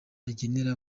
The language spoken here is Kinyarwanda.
agenera